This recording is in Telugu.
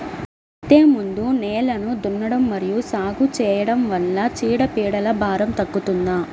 విత్తే ముందు నేలను దున్నడం మరియు సాగు చేయడం వల్ల చీడపీడల భారం తగ్గుతుందా?